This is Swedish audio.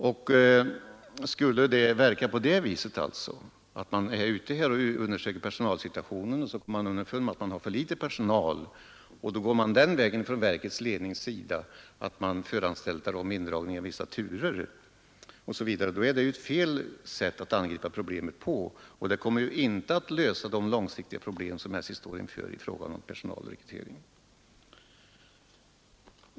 Om det hela skall verka på det viset att man först är ute och undersöker personalsituationen och kommer underfund med att det är för litet personal, och sedan verksledningen föranstaltar om indragning av tjänstgöringsturer, då är det fel sätt man angriper problemet på. Det kommer inte att lösa de långsiktiga problem som SJ står inför i fråga om personalrekrytering.